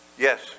Yes